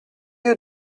you